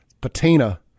Patina